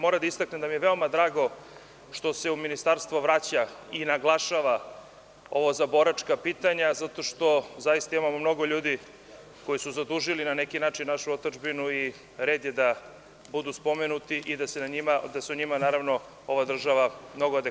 Moram da istaknem da mi je veoma drago što se u ministarstvo vraća i naglašava ovo za boračka pitanja zato što imamo mnogo ljudi koji su zadužili, na neki način, našu otadžbinu i red je da budu spomenuti i da se o njima ova država brine.